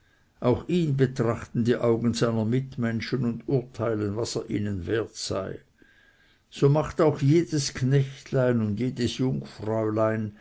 auch ihn betrachten die augen seiner mitmenschen und urteilen was er ihnen wert sei so macht auch jedes knechtlein und jedes